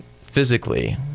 physically